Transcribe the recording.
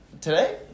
Today